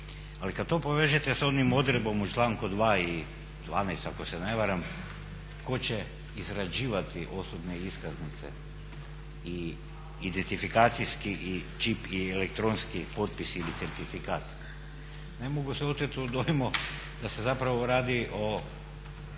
Ali kad to povežete sa onom odredbom u članku 2. i 12. ako se ne varam tko će izrađivati osobne iskaznice i identifikacijski čip i elektronski potpis ili certifikat ne mogu se oteti dojmu da se zapravo radi o